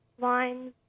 lines